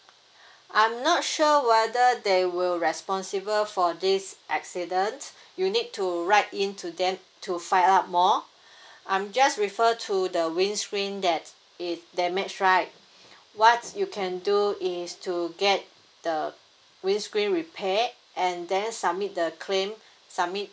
I'm not sure whether they will responsible for this accident you need to write in to them to find out more I'm just refer to the windscreen that is damage right what's you can do is to get the windscreen repaired and then submit the claim submit